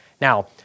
Now